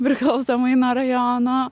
priklausomai nuo rajono